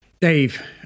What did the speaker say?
Dave